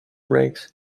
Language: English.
ranks